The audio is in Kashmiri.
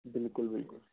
بِلکُل بِلکُل